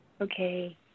okay